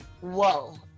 Whoa